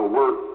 work